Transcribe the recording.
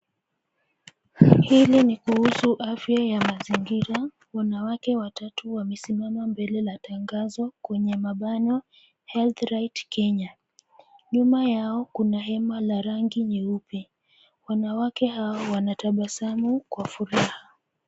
Hili ni kuhusu afya ya mazingira. Wanawake watatu wamesimama mbele la tangazo kwenye mabana "Health Right Kenya". Nyuma yao kuna hema la rangi nyeupe. Wanawake hao wanatabasamu kwa furaha.